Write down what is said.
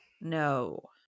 No